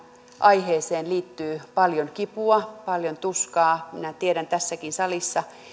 aiheeseen liittyy paljon kipua paljon tuskaa minä tiedän että tässäkin salissa